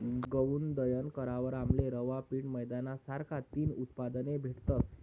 गऊनं दयन करावर आमले रवा, पीठ, मैदाना सारखा तीन उत्पादने भेटतस